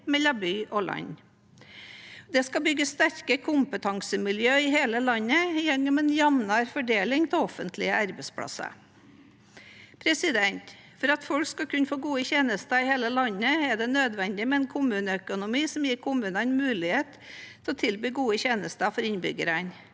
mellom by og land. Det skal bygges sterke kompetansemiljø i hele landet gjennom en jevnere fordeling av offentlige arbeidsplasser. For at folk skal kunne få gode tjenester i hele landet, er det nødvendig med en kommuneøkonomi som gir kommunene mulighet til å tilby gode tjenester til innbyggerne.